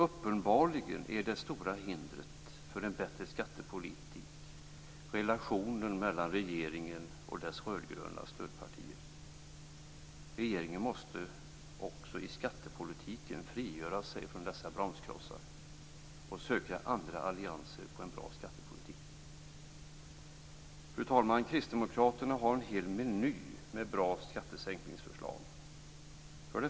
Uppenbarligen är det stora hindret för en bättre skattepolitik relationen mellan regeringen och dess rödgröna stödpartier. Regeringen måste också i skattepolitiken frigöra sig från dessa bromsklossar och söka andra allianser för en bra skattepolitik.